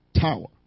tower